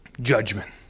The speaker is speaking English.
judgment